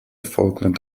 falkland